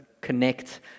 connect